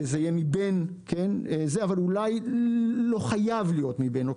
ושתהיה מבין חברי המליאה - אבל אולי לא חייב שיהיו מבין המליאה.